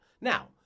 Now